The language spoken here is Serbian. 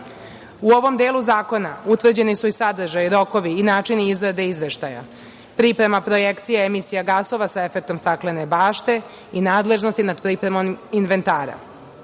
U ovom delu zakona utvrđeni su i sadržaji, rokovi i način izrade izveštaja, priprema projekcije emisije gasova sa efektom staklene bašte i nadležnosti nad pripremom inventara.